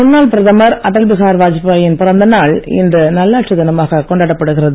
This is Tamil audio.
முன்னாள் பிரதமர் அடல் பிஹாரி வாஜ்பாயின் பிறந்த நாள் இன்று நல்லாட்சி தினமாக கொண்டாடப்படுகிறது